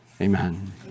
Amen